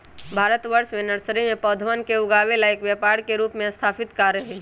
भारतवर्ष में नर्सरी में पौधवन के उगावे ला एक व्यापार के रूप में स्थापित कार्य हई